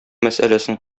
мәсьәләсен